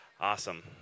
Awesome